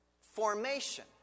Formation